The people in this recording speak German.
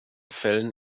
fällen